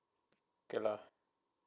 okay lah